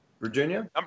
Virginia